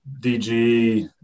DG